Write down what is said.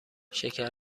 شکر